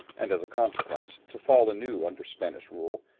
and as a consequence, to fall anew under spanish rule,